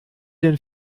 denn